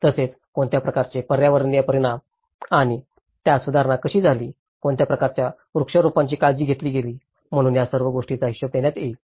तसेच कोणत्या प्रकारचे पर्यावरणीय परिणाम आणि त्यात सुधारणा कशी झाली कोणत्या प्रकारच्या वृक्षारोपणांची काळजी घेतली गेली आहे म्हणून या सर्व गोष्टींचा हिशोब देण्यात येईल